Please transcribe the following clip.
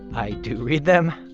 i do read them.